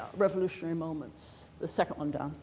revolutionary moments. the second one done,